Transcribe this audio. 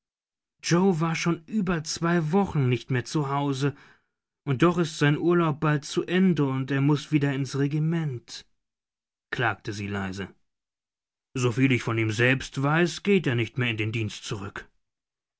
yoe war schon über zwei wochen nicht mehr zu hause und doch ist sein urlaub bald zu ende und er muß wieder ins regiment klagte sie leise soviel ich von ihm selbst weiß geht er nicht mehr in den dienst zurück